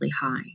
high